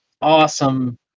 awesome